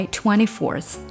24th